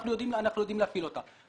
אנחנו יודעים להפעיל אותה.